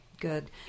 good